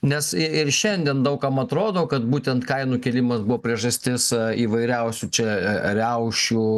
nes ir šiandien daug kam atrodo kad būtent kainų kėlimas buvo priežastis įvairiausių čia riaušių